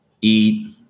eat